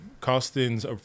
Costin's